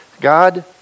God